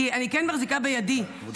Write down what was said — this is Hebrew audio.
כי אני כן מחזיקה בידי את